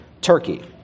Turkey